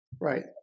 Right